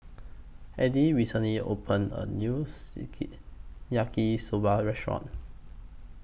Eddy recently opened A New Yaki Soba Restaurant